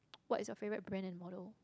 what is your favourite brand and model